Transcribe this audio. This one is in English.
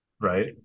Right